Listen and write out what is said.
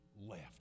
left